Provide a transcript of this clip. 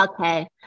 Okay